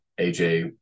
aj